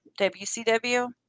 WCW